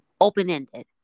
open-ended